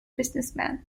businessmen